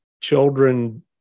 children